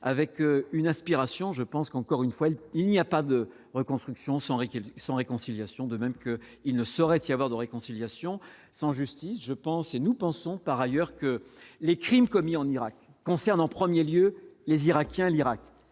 avec une aspiration, je pense qu'encore une fois, il n'y a pas de reconstruction sans Rykiel sans réconciliation, de même qu'il ne saurait y avoir de réconciliation sans justice, je pense, et nous pensons par ailleurs que. Les crimes commis en Irak concerne en 1er lieu les irakiens, l'Irak,